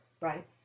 Right